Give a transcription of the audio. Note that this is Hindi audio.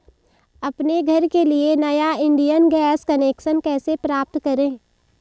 अपने घर के लिए नया इंडियन गैस कनेक्शन कैसे प्राप्त करें?